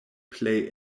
plej